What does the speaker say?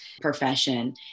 profession